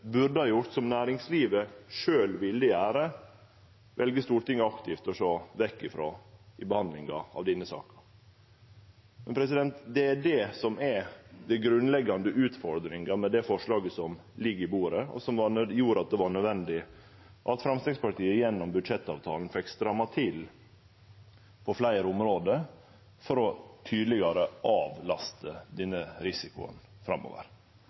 burde ha gjort, som næringslivet sjølv ville gjere, vel Stortinget aktivt å sjå vekk frå i behandlinga av denne saka. Det er det som er den grunnleggjande utfordringa med det forslaget som ligg på bordet, og som gjorde at det var nødvendig at Framstegspartiet gjennom budsjettavtalen fekk stramma til på fleire område for tydelegare å avlaste denne risikoen framover.